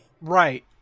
Right